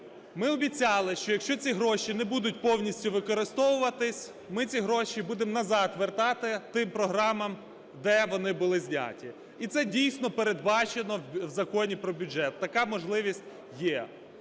ми обіцяли, що якщо ці гроші не будуть повністю використовуватись, ми ці гроші будемо назад вертати тим програмам, де вони були зняті. І це дійсно, передбачено в Законі про бюджет, така можливість є.